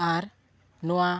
ᱟᱨ ᱱᱚᱣᱟ